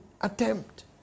attempt